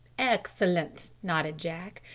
excellent, nodded jack.